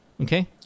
Okay